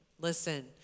Listen